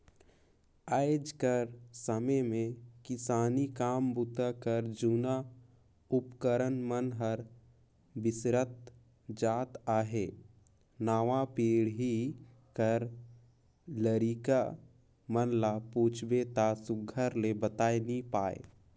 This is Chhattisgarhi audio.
आएज कर समे मे किसानी काम बूता कर जूना उपकरन मन हर बिसरत जात अहे नावा पीढ़ी कर लरिका मन ल पूछबे ता सुग्घर ले बताए नी पाए